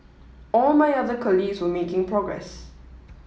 all my other colleagues were making progress